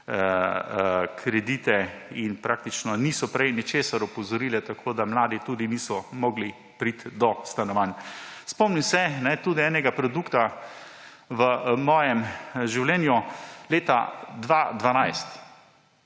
kredite in praktično niso prej ničesar opozorile, tako da mladi tudi niso mogli priti do stanovanj. Spomnim se tudi enega produkta v svojem življenju. Leta 2012